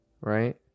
right